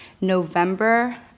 November